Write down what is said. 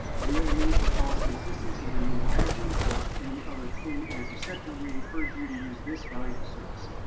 if you have a need for policy assistance in renewable energy or any other clean energy sector, we encourage you to use this valuable service.